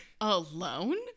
alone